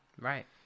Right